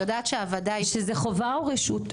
זו חובה או רשות?